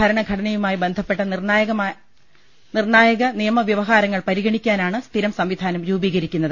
ഭര ണഘടനയുമായി ബന്ധപ്പെട്ട നിർണായകമായ നിയമ വ്യവ ഹാരങ്ങൾ പരിഗണിക്കാനാണ് സ്ഥരം സംവിധാനം രൂപീക രിക്കുന്നത്